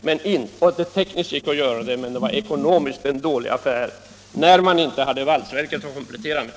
Det gick tekniskt att göra det, men det var ekonomiskt en dålig affär, när man inte hade valsverket att komplettera med.